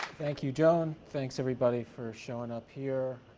thank you joan, thanks everybody for showing up here.